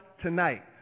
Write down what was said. tonight